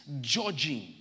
judging